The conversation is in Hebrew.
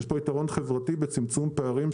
יש פה יתרון חברתי בצמצום פערים,